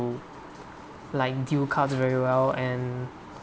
like deal card very well and